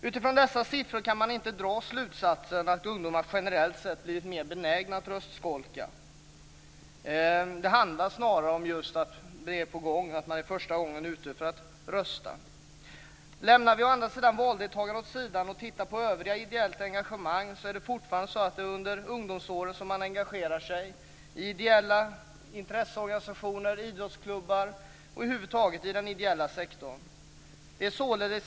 Utifrån dessa siffror kan man inte dra slutsatsen att ungdomar generellt sett blivit mer benägna att röstskolka. Det handlar snarare om att det är första gången man röstar. Lämnar vi å andra sidan valdeltagandet åt sidan och tittar på övrigt ideellt engagemang, finner vi att det fortfarande är under ungdomsåren som man engagerar sig i ideella intresseorganisationer och i idrottsklubbar - i den ideella sektorn över huvud taget.